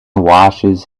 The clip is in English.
washes